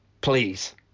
please